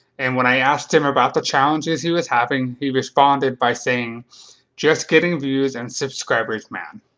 and, when i asked him about the challenges he was having, he responded by saying just getting views and subscribers man.